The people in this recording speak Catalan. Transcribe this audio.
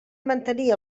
mantenir